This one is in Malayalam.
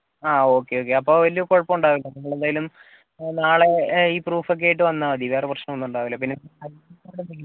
ആ ഓക്കെ ഓക്കെ അപ്പം വലിയ കുഴപ്പം ഉണ്ടാവില്ല നിങ്ങൾ എന്തായാലും നാളെ ഈ പ്രൂഫൊക്കെ ആയിട്ട് വന്നാൽ മതി വേറെ പ്രശ്നം ഒന്നും ഉണ്ടാവില്ല പിന്നെ